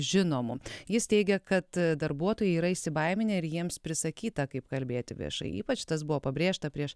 žinomu jis teigia kad darbuotojai yra įsibaiminę ir jiems prisakyta kaip kalbėti viešai ypač tas buvo pabrėžta prieš